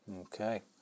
okay